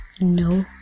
no